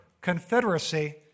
confederacy